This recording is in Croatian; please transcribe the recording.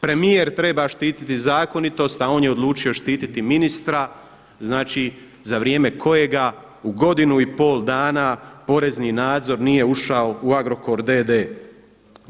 Premijer treba štititi zakonitost, a on je odlučio štititi ministra, znači za vrijeme kojega u godinu i pol dana porezni nadzor nije ušao u Agrokor d.d.